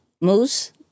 Moose